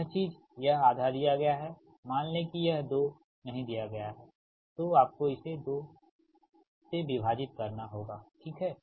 तो यह चीज यह आधा दिया गया हैमान ले कि यह 2 नहीं दिया गया है तो आपको इसे 2 से विभाजित करना है ठीक